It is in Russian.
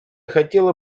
хотела